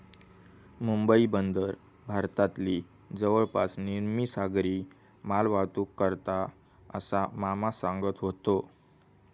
मुंबई बंदर भारतातली जवळपास निम्मी सागरी मालवाहतूक करता, असा मामा सांगत व्हतो